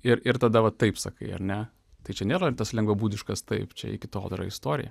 ir ir tada va taip sakai ar ne tai čia nėra tas lengvabūdiškas taip čia iki to dar yra istorija